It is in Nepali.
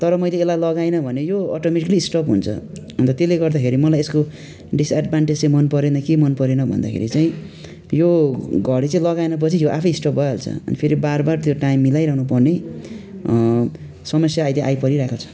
तर मैले यसलाई लगाइनँ भने यो अटोमेटिकली स्टप हुन्छ अन्त त्यसले गर्दाखेरि मलाई यसको डिसएडभान्टेज चाहिँ मनपरेन के मनपरेन भन्दाखेरि चाहिँ यो घडी चाहिँ लगाएन पछि यो आफै स्टप भइहाल्छ फेरि बार बार त्यो टाइम मिलाइरनु पर्ने समस्या अहिले आइपरिरहेको छ